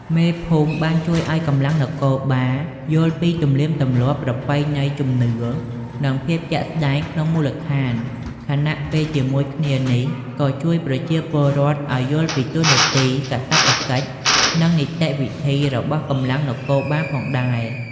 មេភូមិបានជួយឲ្យកម្លាំងនគរបាលយល់ពីទំនៀមទម្លាប់ ប្រពៃណី ជំនឿ និងភាពជាក់ស្ដែងក្នុងមូលដ្ឋាន ខណៈពេលជាមួយគ្នានេះ ក៏ជួយប្រជាពលរដ្ឋឲ្យយល់ពីតួនាទី កាតព្វកិច្ច និងនីតិវិធីរបស់កម្លាំងនគរបាលផងដែរ។